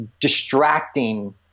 Distracting